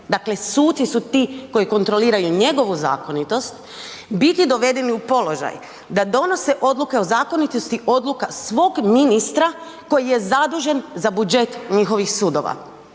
suci su ti koji kontroliraju njegovu zakonitost biti dovedeni u položaj da donose odluke o zakonitosti odluka svog ministra koji je zadužen za budžet njihovih sudova.